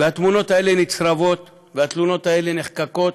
והתמונות האלה נצרבות, והתלונות האלה נחקקות.